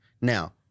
Now